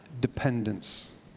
dependence